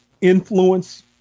influence